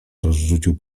rozrzucił